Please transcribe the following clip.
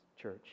church